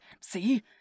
See